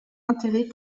intérêt